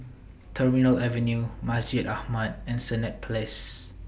Terminal Avenue Masjid Ahmad and Senett Place